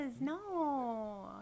No